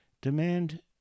demand